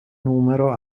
numero